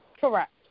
Correct